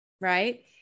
right